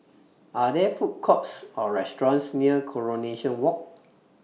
Are There Food Courts Or restaurants near Coronation Walk